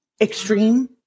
extreme